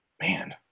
Man